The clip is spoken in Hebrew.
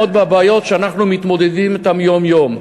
מהבעיות שאנחנו מתמודדים אתן יום-יום.